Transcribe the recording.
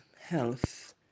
health